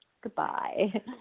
goodbye